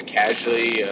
casually